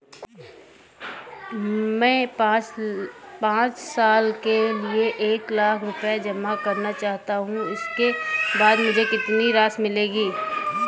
मैं पाँच साल के लिए एक लाख रूपए जमा करना चाहता हूँ इसके बाद मुझे कितनी राशि मिलेगी?